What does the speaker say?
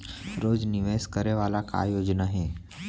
रोज निवेश करे वाला का योजना हे?